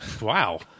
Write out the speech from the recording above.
Wow